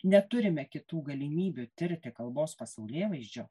neturime kitų galimybių tirti kalbos pasaulėvaizdžio